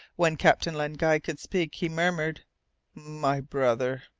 when captain len guy could speak, he murmured my brother,